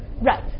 Right